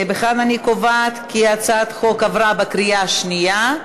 ובכן, אני קובעת כי הצעת החוק עברה בקריאה השנייה.